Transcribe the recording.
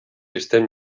estem